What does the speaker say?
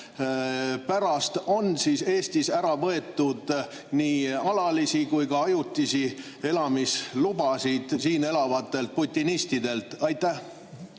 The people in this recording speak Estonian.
pärast on Eestis ära võetud nii alalisi kui ka ajutisi elamislubasid siin elavatelt putinistidelt. Aitäh,